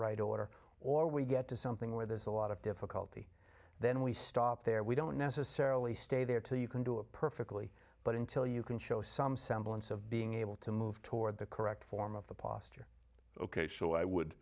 right order or we get to something where there's a lot of difficulty then we stop there we don't necessarily stay there till you can do it perfectly but until you can show some semblance of being able to move toward the correct form of the posture ok show i would